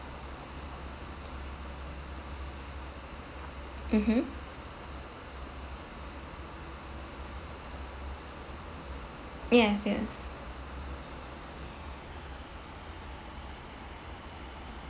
mmhmm yes yes